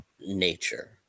nature